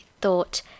thought